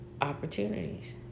Opportunities